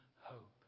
hope